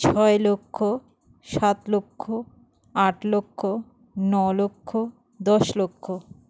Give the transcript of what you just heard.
ছয় লক্ষ সাত লক্ষ আট লক্ষ ন লক্ষ দশ লক্ষ